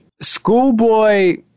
Schoolboy